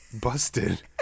busted